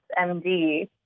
MD